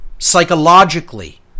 psychologically